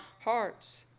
hearts